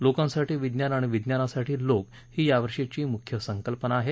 लोकांसाठी विज्ञान आणि विज्ञानासाठी लोक ही यावर्षीची मुख्य संकल्पना आहे